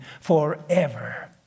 forever